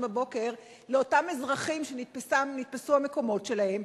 בבוקר לאותם אזרחים שנתפסו המקומות שלהם?